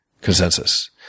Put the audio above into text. consensus